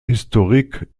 historiques